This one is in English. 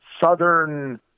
southern